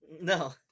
No